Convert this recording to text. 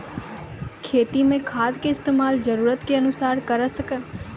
खेती मे खाद के इस्तेमाल जरूरत के अनुसार करऽ